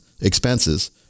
expenses